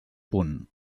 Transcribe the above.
punt